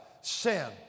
sin